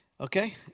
Okay